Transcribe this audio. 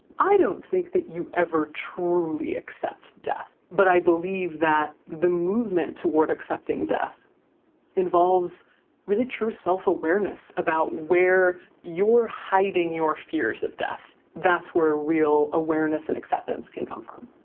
i don't think that you ever truly accept death. but i believe that the movement toward accepting death involves really true self awareness about where you're hiding your fears of death. that's where real awareness and acceptance can come from.